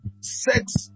sex